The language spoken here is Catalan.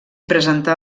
presentà